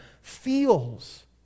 feels